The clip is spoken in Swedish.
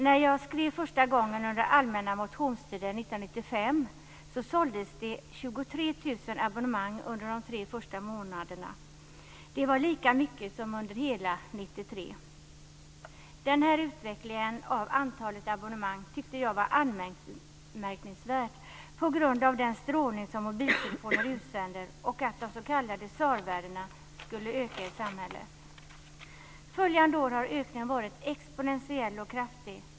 När jag skrev första gången under allmänna motionstiden 1995 såldes det 23 000 abonnemang under de tre fösta månaderna. Det var lika mycket som under hela 1993. Den här utvecklingen av antalet abonnemang tyckte jag var anmärkningsvärd på grund av den strålning som mobiltelefoner utsänder och att de s.k. SAR-värdena skulle öka i samhället. Följande år har ökningen varit exponentiell och kraftig.